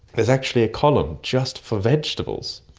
there's actually a column just for vegetables,